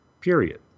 period